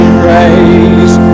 praise